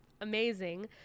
Amazing